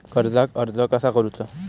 कर्जाक अर्ज कसा करुचा?